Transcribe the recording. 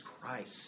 Christ